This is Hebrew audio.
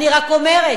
אני רק אומרת,